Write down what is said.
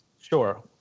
Sure